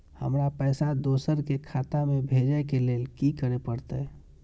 हमरा पैसा दोसर के खाता में भेजे के लेल की करे परते?